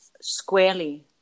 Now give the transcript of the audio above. squarely